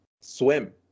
swim